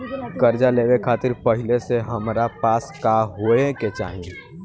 कर्जा लेवे खातिर पहिले से हमरा पास का होए के चाही?